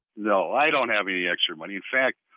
no. i don't have any extra money. in fact,